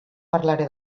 parlaré